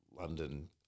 London